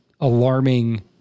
alarming